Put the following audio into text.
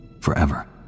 forever